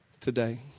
today